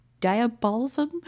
diabolism